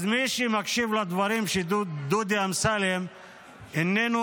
אז מי שמקשיב לדברים של דודי אמסלם איננו